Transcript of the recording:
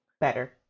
Better